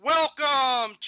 Welcome